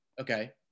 okay